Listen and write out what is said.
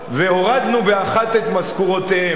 והורדנו באחת את משכורותיהם.